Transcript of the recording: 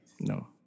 No